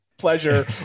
pleasure